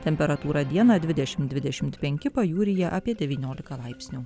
temperatūra dieną dvidešim dvidešim penki pajūryje apie devyniolika laipsnių